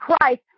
Christ